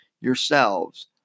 yourselves